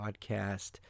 Podcast